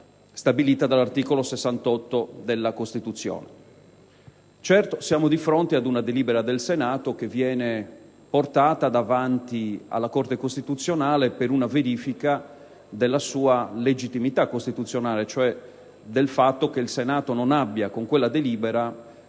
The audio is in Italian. stabilita dall'articolo 68 della Costituzione. Certo, siamo di fronte ad una delibera del Senato che viene portata davanti alla Corte costituzionale per una verifica della sua legittimità costituzionale, cioè del fatto che il Senato, con quella delibera,